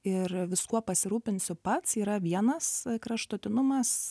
ir viskuo pasirūpinsiu pats yra vienas kraštutinumas